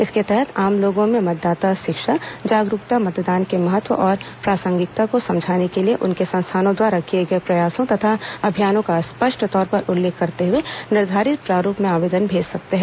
इसके तहत आम लोगों में मतदाता शिक्षा जागरूकता मतदान के महत्व और प्रासंगिकता को समझाने के लिए उनके संस्थान द्वारा किए गए प्रयासों तथा अभियानों का स्पष्ट तौर पर उल्लेख करते हुए निर्धारित प्रारूप में आवेदन भेज सकते हैं